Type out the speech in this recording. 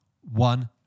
one